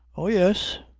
oh yes.